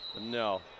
No